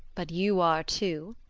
but you are too.